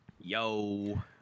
Yo